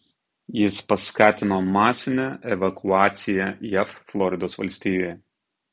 jis paskatino masinę evakuaciją jav floridos valstijoje